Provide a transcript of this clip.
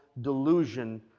delusion